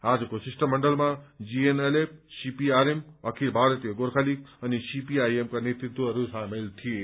आजको शिष्टमण्डलमा GNLF CPRM Akhil Bharatiya Gorkha League अनि सीपीआइएमका नेतृत्वहरू सम्मिलित थिए